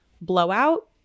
blowout